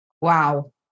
Wow